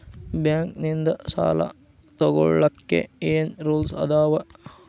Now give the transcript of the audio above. Bank ನಿಂದ್ ಸಾಲ ತೊಗೋಳಕ್ಕೆ ಏನ್ ರೂಲ್ಸ್ ಅದಾವ?